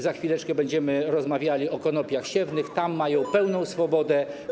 Za chwileczkę będziemy rozmawiali o konopiach siewnych i tam rolnicy mają pełną swobodę.